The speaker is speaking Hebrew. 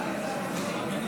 חברי